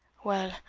well,